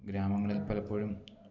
ഗ്രാമങ്ങളിൽ പലപ്പോഴും